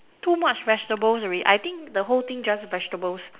too much vegetables already I think the whole thing just vegetables